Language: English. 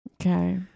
Okay